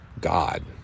God